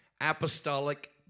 apostolic